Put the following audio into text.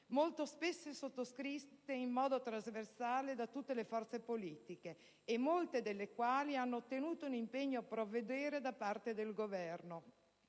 molto spesso sottoscritte in modo trasversale tra tutte le forze politiche, molte delle quali hanno ottenuto un impegno a provvedere da parte del Governo